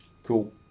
Cool